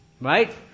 Right